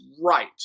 right